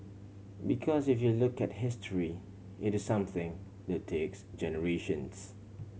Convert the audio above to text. because if you look at history it is something that takes generations